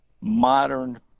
Modern